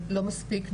לא מספיק,